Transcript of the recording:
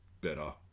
better